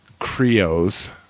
Creos